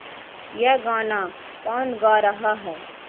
یہ گانا کون گا رہا ہے